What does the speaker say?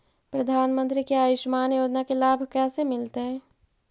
प्रधानमंत्री के आयुषमान योजना के लाभ कैसे मिलतै?